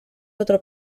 otro